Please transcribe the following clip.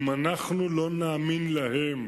אם אנחנו לא נאמין להם